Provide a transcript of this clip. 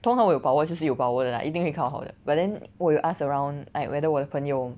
通常我有把握就是有把握的啦就是一定会考好的 but then 我有 ask around like whether 我的朋友